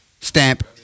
Stamp